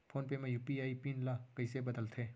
Phone पे म UPI PIN ल कइसे बदलथे?